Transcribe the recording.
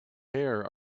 hair